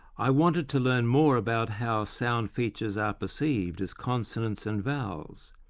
i wanted to learn more about how sound features are perceived as consonants and vowels,